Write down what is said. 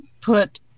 put